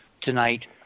tonight